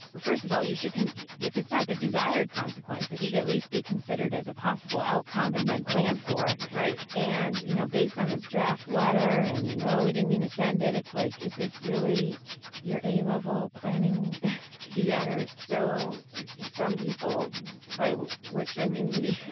first of all, you should can if it's not the desired consequence, it should at least be considered as a possible outcome and then planned for. right. and, you know, based on this draft letter and no, we didn't mean to send it, it's like, is this really your a level planning yeah here? so some people by which i mean me,